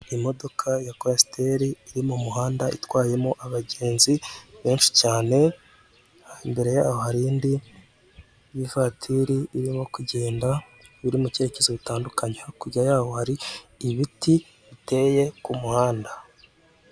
Imodoka ya kwasiteri iri mi muhanda, itayemo abagenzi benshi cyane, imbere y'aho hari indi y'ivatiri, irimo kugenda, iri mu cyerekezo bitandukanye. Hakurya y'aho hari ibiti biteye ku muhanda.